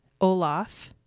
Olaf